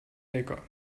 lecker